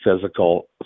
physical